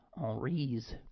Henri's